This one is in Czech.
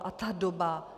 A ta doba...